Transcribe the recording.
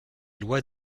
lois